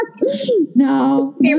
No